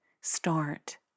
start